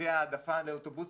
נתיבי העדפה לאוטובוסים,